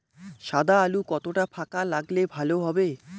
সাদা আলু কতটা ফাকা লাগলে ভালো হবে?